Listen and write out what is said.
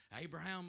Abraham